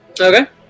Okay